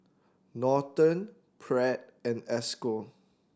Norton Pratt and Esco